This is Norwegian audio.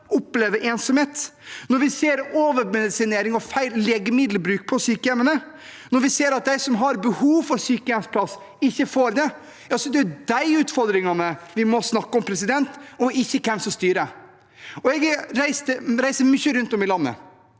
opplever ensomhet, når vi ser overmedisinering og feil legemiddelbruk på sykehjemmene, og når vi ser at de som har behov for sykehjemsplass, ikke får det, så er det de utfordringene vi må snakke om, ikke hvem som styrer. Jeg reiser mye rundt om i landet